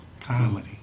comedy